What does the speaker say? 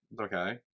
okay